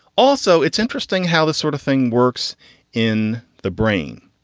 also, it's interesting how this sort of thing works in the brain,